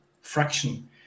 fraction